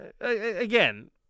Again